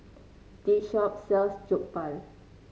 this shop sells Jokbal